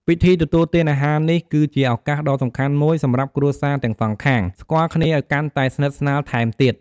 ពិធីទទួលទានអាហារនេះ គឺជាឱកាសដ៏សំខាន់មួយសម្រាប់គ្រួសារទាំងសងខាង ស្គាល់គ្នាឲ្យកាន់តែស្និទ្ធស្នាលថែមទៀត។